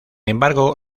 embargo